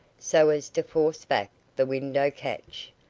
so as to force back the window-catch.